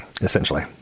essentially